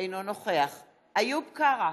אינו נוכח איוב קרא,